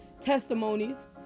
testimonies